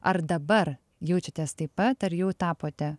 ar dabar jaučiatės taip pat ar jau tapote